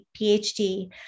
PhD